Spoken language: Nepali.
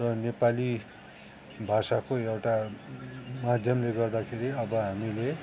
र नेपाली भाषाको एउटा माध्यमले गर्दाखेरि अब हामीले